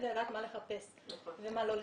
כדי לדעת מה לחפש ומה לא לחפש.